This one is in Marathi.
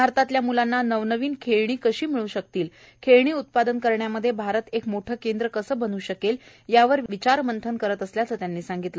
भारतातल्या म्लांना नवनवीन खेळणी कशी मिळू शकतील खेळणी उत्पादन करण्यामध्ये भारत एक मोठे केंद्र कसे बनू शकेल यावर विचारमंथन करत असल्याचं त्यांनी सांगितलं